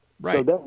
Right